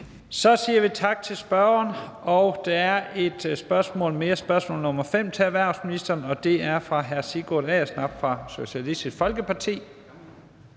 Så siger vi tak til spørgeren. Der er et spørgsmål mere til erhvervsministeren. Det er spørgsmål nr. 5, og det er fra hr. Sigurd Agersnap fra Socialistisk Folkeparti.